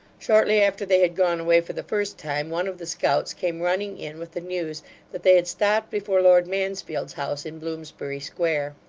shortly after they had gone away for the first time, one of the scouts came running in with the news that they had stopped before lord mansfield's house in bloomsbury square.